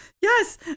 Yes